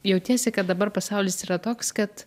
jautiesi kad dabar pasaulis yra toks kad